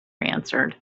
answered